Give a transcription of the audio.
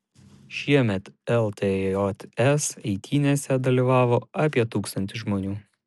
šiemet ltjs eitynėse dalyvavo apie tūkstantis žmonių